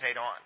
on